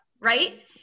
Right